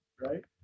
right